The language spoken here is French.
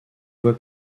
voie